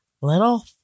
Little